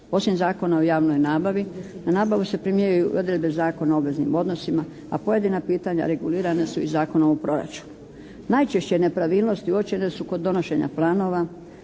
osim Zakona o javnoj nabavi. Na nabavu se primjenjuju odredbe Zakona o obveznim odnosima, a pojedina pitanja regulirana su i Zakonom o proračunu. Najčešće nepravilnosti uočene su kod donošenja planova